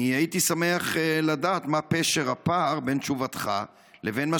הייתי שמח לדעת מה פשר הפער בין תשובתך לבין מה